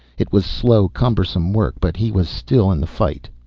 it was slow, cumbersome work, but he was still in the fight.